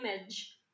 image